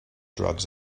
drugs